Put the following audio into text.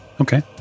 Okay